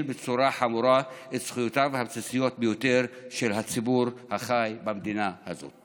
בצורה חמורה את זכויותיו הבסיסיות ביותר של הציבור החי במדינה הזאת.